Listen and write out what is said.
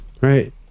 right